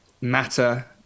matter